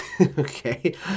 okay